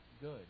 good